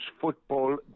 football